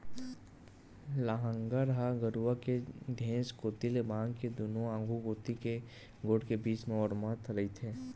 लांहगर ह गरूवा के घेंच कोती ले बांध के दूनों आघू कोती के गोड़ के बीच म ओरमत रहिथे